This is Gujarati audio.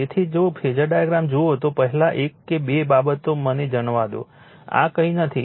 તેથી જો ફેઝર ડાયાગ્રામ જુઓ તો પહેલા એક કે બે બાબતો મને જણાવવા દો આ કંઈ નથી